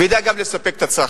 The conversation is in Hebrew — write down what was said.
וידע גם לספק את הצרכים.